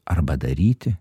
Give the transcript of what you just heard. arba daryti